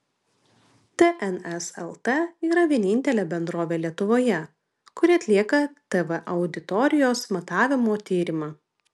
tns lt yra vienintelė bendrovė lietuvoje kuri atlieka tv auditorijos matavimo tyrimą